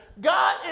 God